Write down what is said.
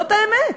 זאת האמת.